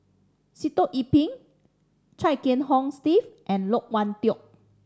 Sitoh Yih Pin Chia Kiah Hong Steve and Loke Wan Tho